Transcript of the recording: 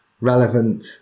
relevant